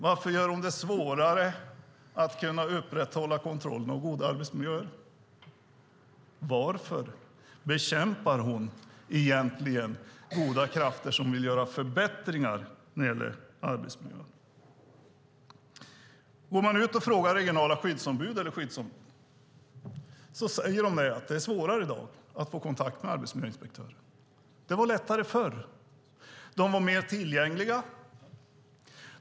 Varför gör hon det svårare att upprätthålla kontrollen av goda arbetsmiljöer? Varför bekämpar hon egentligen goda krafter som vill göra förbättringar när det gäller arbetsmiljön? Om man går ut och frågar regionala skyddsombud säger de att det är svårare att få kontakt med arbetsmiljöinspektörer i dag. Det var lättare förr. De var mer tillgängliga.